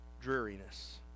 dreariness